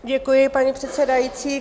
Děkuji, paní předsedající.